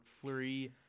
free